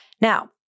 Now